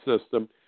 system